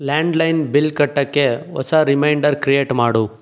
landline bill ಕಟ್ಟೋಕ್ಕೆ ಹೊಸ reminder create ಮಾಡು